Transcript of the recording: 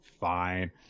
fine